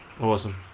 Awesome